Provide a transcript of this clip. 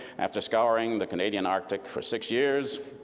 after scouring the canadian arctic for six years,